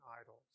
idols